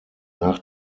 nach